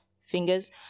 fingers